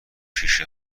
پیش